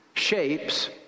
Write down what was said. shapes